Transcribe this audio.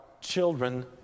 children